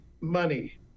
money